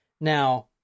Now